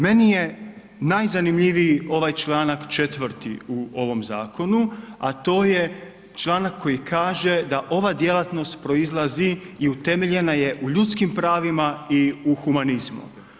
Meni je najzanimljiviji ovaj članak 4. u ovom zakonu a to je članak koji kaže da ova djelatnost proizlazi i utemeljena je u ljudskim pravima i u humanizmu.